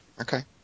Okay